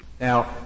Now